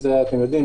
זה אתם יודעים,